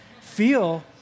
feel